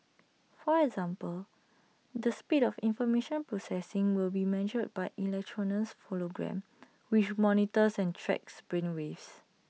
for example the speed of information processing will be measured by electroencephalogram which monitors and tracks brain waves